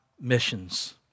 missions